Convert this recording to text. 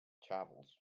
travels